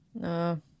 No